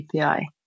API